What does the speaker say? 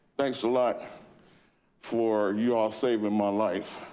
thanks a lot for you all saving my life.